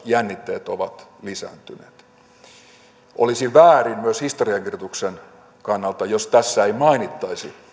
jännitteet ovat lisääntyneet olisi väärin myös historiankirjoituksen kannalta jos tässä ei mainittaisi